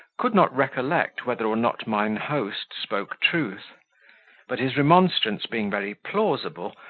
could not recollect whether or not mine host spoke truth but his remonstrance being very plausible,